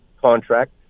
contract